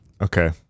Okay